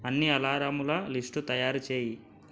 అన్నీ అలారంల లిస్ట్ తయారుచెయ్